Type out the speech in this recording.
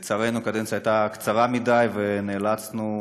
לצערנו, הקדנציה הייתה קצרה מדי, ונאלצנו